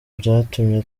byatumye